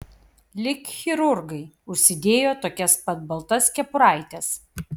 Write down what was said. lyg chirurgai užsidėjo tokias pat baltas kepuraites